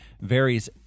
varies